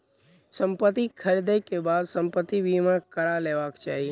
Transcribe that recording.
संपत्ति ख़रीदै के बाद संपत्ति बीमा करा लेबाक चाही